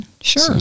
Sure